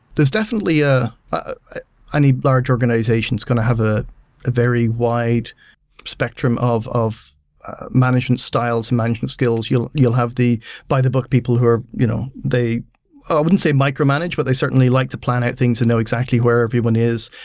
there's definitely ah ah any large organization is going to have a very wide spectrum of of management styles, management skills. you'll you'll have the by the book people who you know they i wouldn't say micromanage, but they certainly like to plan out things and know exactly where everyone is,